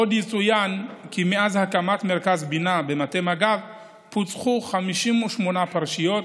עוד יצוין כי מאז הקמת מרכז בינה במטה מג"ב פוצחו 58 פרשיות,